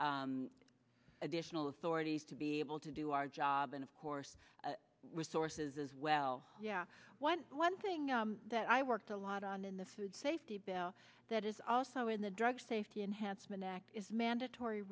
additional authorities to be able to do our job and of course resources as well yeah what one thing that i worked a lot on in the food safety bill that is also in the drug safety enhancement act is mandatory